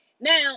Now